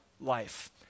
life